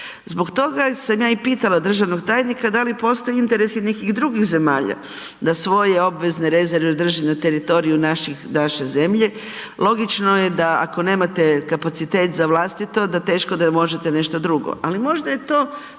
Zbog toga sam ja i pitala i državnog tajnika da li postoje interesi nekih drugih zemalja da svoje obvezne rezerve drži na teritoriju nape zemlje. Logično je da ako nemate kapacitet za vlastito da teško da možete nešto drugo ali možda je to